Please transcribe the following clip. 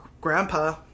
grandpa